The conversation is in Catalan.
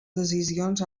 decisions